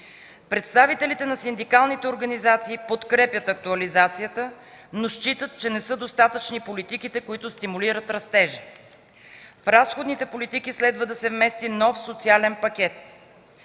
Представителите на синдикалните организации подкрепят актуализацията, но считат, че не са достатъчни политиките, които стимулират растежа. В разходните политики следва да се вмести нов социален пакет.